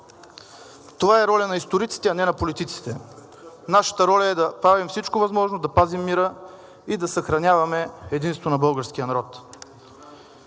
Това е роля на историците, а не на политиците. Нашата роля е да правим всичко възможно да пазим мира и да съхраняваме единството на българския народ.